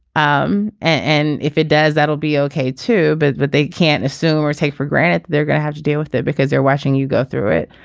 um and if it does that will be ok too. but but they can't assume or take for granted they're going to have to deal with it because they're watching you go through it.